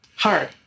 Hard